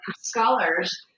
scholars